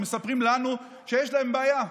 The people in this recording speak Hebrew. הם מספרים לנו שיש להם בעיה,